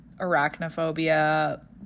arachnophobia